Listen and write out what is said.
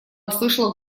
услышала